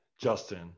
Justin